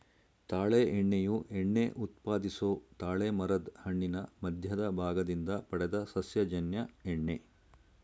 ತಾಳೆ ಎಣ್ಣೆಯು ಎಣ್ಣೆ ಉತ್ಪಾದಿಸೊ ತಾಳೆಮರದ್ ಹಣ್ಣಿನ ಮಧ್ಯದ ಭಾಗದಿಂದ ಪಡೆದ ಸಸ್ಯಜನ್ಯ ಎಣ್ಣೆ